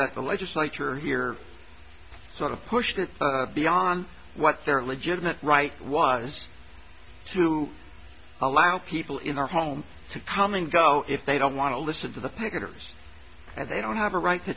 that the legislature here sort of pushed it beyond what their legitimate right was to allow people in our home to come and go if they don't want to listen to the picketers and they don't have a right to